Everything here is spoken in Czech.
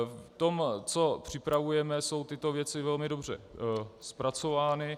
V tom, co připravujeme, jsou tyto věci velmi dobře zpracovány.